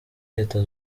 leta